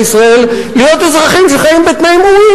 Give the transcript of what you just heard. ישראל להיות אזרחים שחיים בתנאים ראויים,